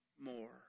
more